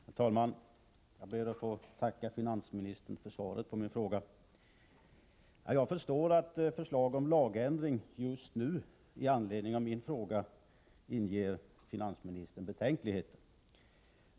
Herr talman! Jag ber att få tacka finansministern för svaret på min fråga. Jag förstår att ett förslag om lagändring just nu med anledning av min fråga inger finansministern betänkligheter.